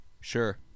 Sure